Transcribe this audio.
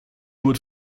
would